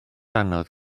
anodd